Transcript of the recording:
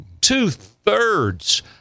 two-thirds